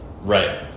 Right